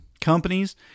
companies